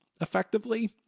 effectively